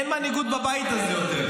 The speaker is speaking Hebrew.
אין מנהיגות בבית הזה יותר.